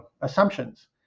assumptions